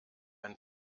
ein